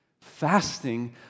Fasting